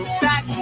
back